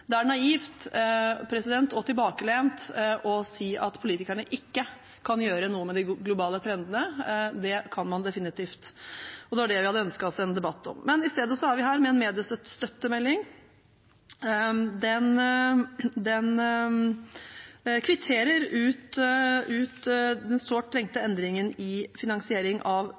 Det er naivt og tilbakelent å si at politikerne ikke kan gjøre noe med de globale trendene. Det kan man definitivt, og det var det vi hadde ønsket oss en debatt om. Men i stedet er vi her med en mediestøttemelding. Den kvitterer ut den sårt trengte endringen i finansieringen av